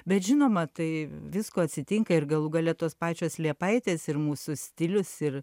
bet žinoma tai visko atsitinka ir galų gale tos pačios liepaitės ir mūsų stilius ir